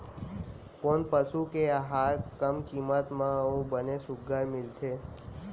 कोन पसु के आहार कम किम्मत म अऊ बने सुघ्घर मिलथे?